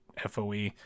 FOE